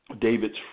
David's